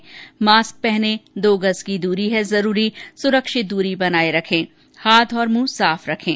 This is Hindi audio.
मास्क पहनें दो गज़ की दूरी है जरूरी सुरक्षित दूरी बनाए रखें हाथ और मुंह साफ रखें